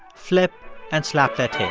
flip and slap their tails